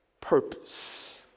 purpose